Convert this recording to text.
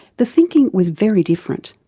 the thinking was very different.